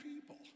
people